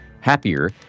happier